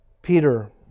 Peter